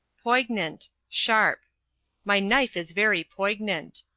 poignant sharp my knife is very poignant.